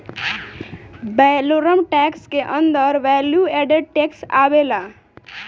valorem tax के अंदर value added tax आवेला